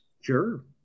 Sure